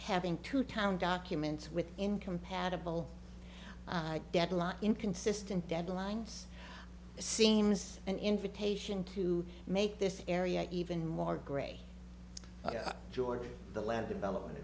having to town documents with incompatible deadline inconsistent deadlines seems an invitation to make this area even more gray joerg the land development